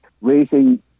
raising